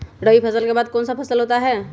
रवि फसल के बाद कौन सा फसल होता है?